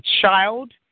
child